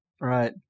Right